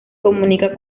comunica